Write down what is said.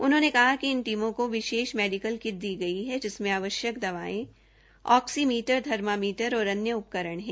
उन्होंने कहा कि इन टीमों को विशेष मेडिकल किट दी है जिसमें आवश्यक दवायें ऑक्सीमीटर थर्मामीटर और अन्य उपकरण है